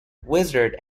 wizard